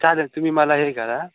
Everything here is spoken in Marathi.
चालेल तुम्ही मला हे करा